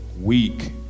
week